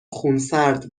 خونسرد